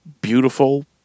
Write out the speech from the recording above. beautiful